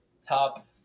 top